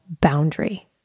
boundary